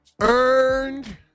earned